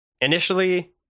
initially